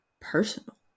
personal